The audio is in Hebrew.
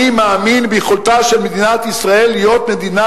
אני מאמין ביכולתה של מדינת ישראל להיות מדינה